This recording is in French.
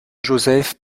joseph